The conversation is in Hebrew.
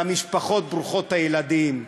זה המשפחות ברוכות הילדים,